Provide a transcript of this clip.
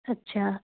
ਅੱਛਾ